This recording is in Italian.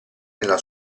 nella